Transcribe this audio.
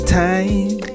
time